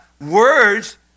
Words